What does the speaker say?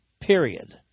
period